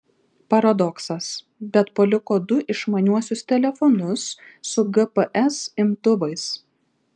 paradoksas bet paliko du išmaniuosius telefonus su gps imtuvais